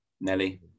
nelly